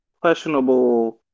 questionable